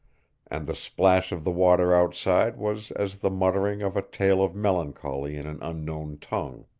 and the splash of the water outside was as the muttering of a tale of melancholy in an unknown tongue.